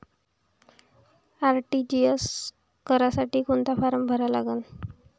RTGS करासाठी कोंता form भरा लागन?